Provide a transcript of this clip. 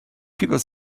people